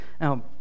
Now